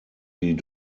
die